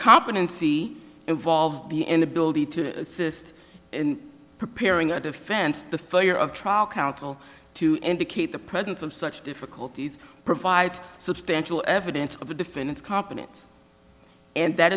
incompetency involved the inability to assist in preparing a defense the failure of trial counsel to indicate the presence of such difficulties provides substantial evidence of the defendant's competence and that